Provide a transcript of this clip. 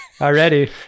Already